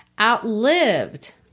outlived